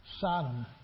Sodom